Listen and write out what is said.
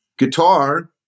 Guitar